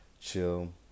chill